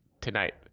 tonight